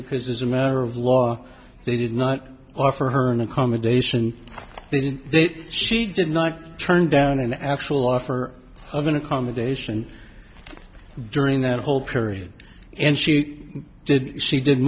because as a matter of law they did not offer her an accommodation they did she did not turn down an actual offer of an accommodation during that whole period and she did she did